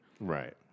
Right